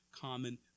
common